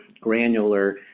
granular